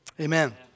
Amen